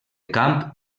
camp